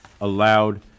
allowed